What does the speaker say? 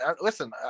Listen